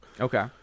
Okay